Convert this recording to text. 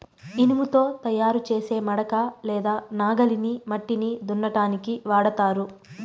ఇనుముతో తయారు చేసే మడక లేదా నాగలిని మట్టిని దున్నటానికి వాడతారు